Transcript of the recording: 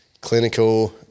clinical